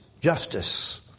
justice